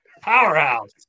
powerhouse